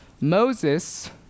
Moses